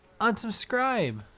Unsubscribe